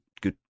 good